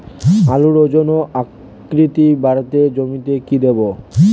আলুর ওজন ও আকৃতি বাড়াতে জমিতে কি দেবো?